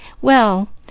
Well